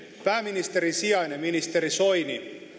pääministerin sijainen ministeri soini